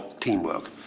teamwork